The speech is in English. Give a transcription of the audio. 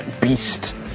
beast